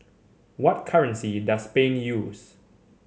what currency does Spain use